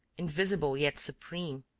invisible yet supreme,